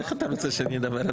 איך אתה רוצה שאני אדבר?